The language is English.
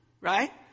right